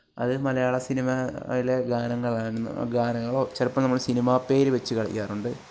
അത് മലയാള സിനിമ അതിലെ ഗാനങ്ങളായിരുന്നു ആ ഗാനങ്ങളോ ചിലപ്പം നമ്മൾ സിനിമ പേര് വച്ച് കളിക്കാറുണ്ട്